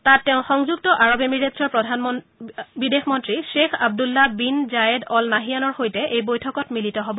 তাত তেওঁ সংযুক্ত আৰৱ এমিৰেটছৰ বিদেশ মন্ত্ৰী গ্ৰেখ আব্দুল্লা বিন জায়েদ অল নাহিয়ানৰ সৈতে এই বৈঠকত মিলিত হব